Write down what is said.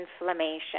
inflammation